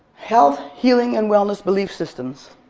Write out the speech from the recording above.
health, healing, and wellness belief systems.